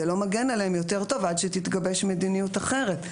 זה לא מגן עליהם יותר טוב עד שתתגבש מדיניות אחרת.